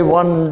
one